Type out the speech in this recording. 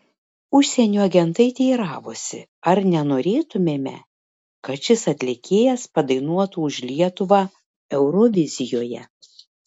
užsienio agentai teiravosi ar nenorėtumėme kad šis atlikėjas padainuotų už lietuvą eurovizijoje